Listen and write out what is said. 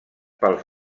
pels